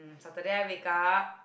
Saturday I wake up